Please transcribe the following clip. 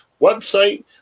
website